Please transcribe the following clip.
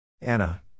Anna